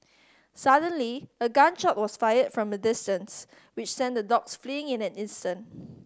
suddenly a gun shot was fired from a distance which sent the dogs fleeing in an instant